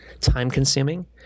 time-consuming